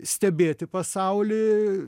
stebėti pasaulį